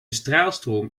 straalstroom